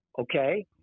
okay